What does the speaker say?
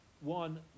one